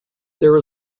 there